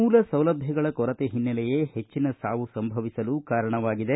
ಮೂಲಸೌಲಭ್ಯಗಳ ಕೊರತ ಹಿನ್ನೆಲೆಯೇ ಹೆಚ್ಚಿನ ಸಾವು ಸಂಭವಿಸಲು ಕಾರಣವಾಗಿದೆ